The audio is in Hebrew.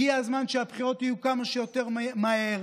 הגיע הזמן שהבחירות יהיו כמה שיותר מהר.